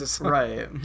Right